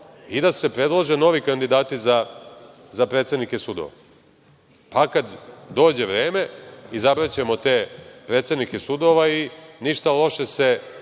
i da se predlože novi kandidati za predsednike sudova, pa kada dođe vreme, izabraćemo te predsednike sudova i ništa loše se